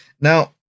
Now